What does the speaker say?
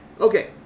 Okay